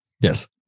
Yes